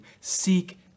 seek